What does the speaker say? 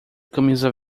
camisa